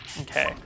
Okay